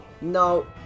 No